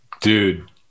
dude